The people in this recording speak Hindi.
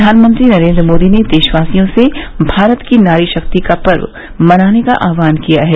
प्रधानमंत्री नरेन्द्र मोदी ने देशवासियों से भारत की नारी शक्ति का पर्व मनाने का आहवान किया है